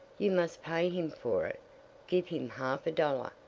you must pay him for it give him half a dollar,